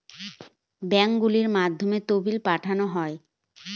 ব্যাঙ্কগুলোর মধ্যে তহবিল পাঠানো হয়